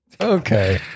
Okay